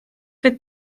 fydd